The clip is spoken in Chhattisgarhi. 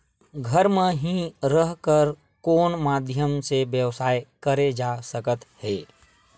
घर म हि रह कर कोन माध्यम से व्यवसाय करे जा सकत हे?